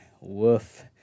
Woof